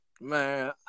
Man